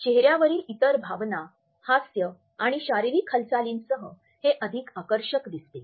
चेहर्यावरील इतर भावना हास्य आणि शारीरिक हालचालींसह हे अधिक आकर्षक दिसते